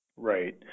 Right